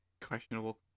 questionable